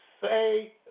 Say